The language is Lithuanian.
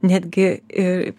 netgi ir